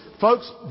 Folks